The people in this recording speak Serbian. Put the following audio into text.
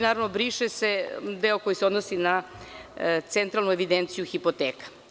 Naravno, briše se deo koji se odnosi na centralnu evidenciju hipoteka.